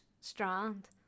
Strand